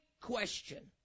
question